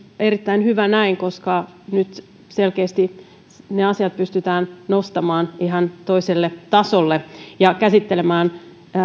erittäin hyvä näin koska nyt selkeästi asiat pystytään nostamaan ihan toiselle tasolle ja käsittelemään